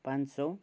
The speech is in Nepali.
पाँच सौ